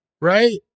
Right